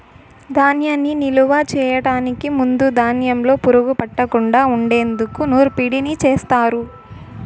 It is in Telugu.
ధాన్యాన్ని నిలువ చేయటానికి ముందు ధాన్యంలో పురుగు పట్టకుండా ఉండేందుకు నూర్పిడిని చేస్తారు